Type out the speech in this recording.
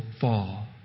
fall